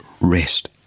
rest